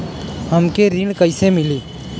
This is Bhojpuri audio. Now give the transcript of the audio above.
हमके ऋण कईसे मिली?